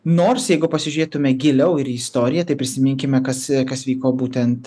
nors jeigu pasižiūrėtume giliau ir į istoriją tai prisiminkime kas kas vyko būtent